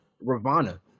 Ravana